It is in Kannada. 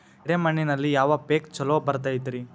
ಎರೆ ಮಣ್ಣಿನಲ್ಲಿ ಯಾವ ಪೇಕ್ ಛಲೋ ಬರತೈತ್ರಿ?